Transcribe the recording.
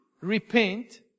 repent